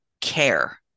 care